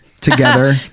together